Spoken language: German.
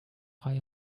reihe